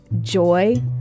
joy